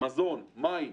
מזון, מים,